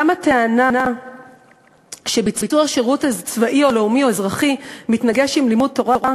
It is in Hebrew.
גם הטענה שביצוע שירות צבאי או לאומי או אזרחי מתנגש עם לימוד תורה,